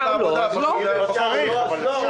צריך לעבוד גם בשבת?